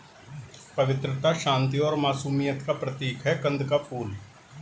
पवित्रता, शांति और मासूमियत का प्रतीक है कंद का फूल